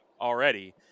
already